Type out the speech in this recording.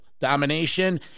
domination